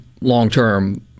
long-term